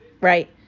right